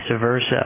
versa